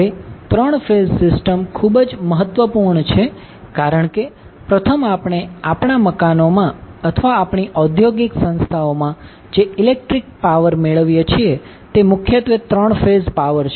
હવે 3 phase system ખૂબ જ મહત્વપૂર્ણ છે કારણ કે પ્રથમ આપણે આપણા મકાનોમાં અથવા આપણી ઔદ્યોગિક સંસ્થાઓ માં જે ઇલેક્ટ્રિક પાવર મેળવીએ છીએ તે મુખ્યત્વે 3 ફેઝ પાવર છે